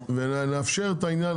ונאפשר את העניין,